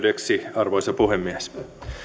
arvoisa puhemies